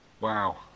Wow